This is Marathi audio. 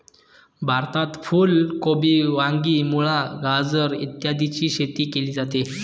भारतात फुल कोबी, वांगी, मुळा, गाजर इत्यादीची शेती केली जाते